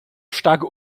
stark